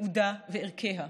ייעודה וערכיה.